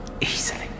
easily